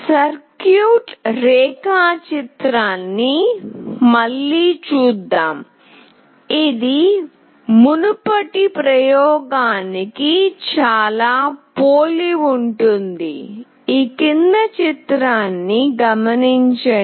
circuit రేఖాచిత్రాన్ని మళ్ళీ చూద్దాం ఇది మునుపటి ప్రయోగానికి చాలా పోలి ఉంటుంది